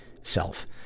self